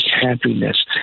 happiness